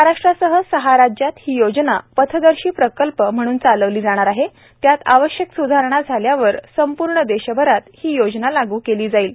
महाराष्ट्रासह सहा राज्यात ही योजना पथदर्शी प्रकल्प म्हणून चालवली जाणार आहे त्यात आवश्यक स्धारणा झाल्यावर संपूर्ण देशभरात ही योजना लागू केली जाईल